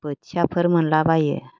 बोथियाफोर मोनला बायो